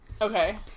Okay